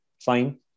fine